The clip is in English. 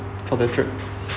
for the trip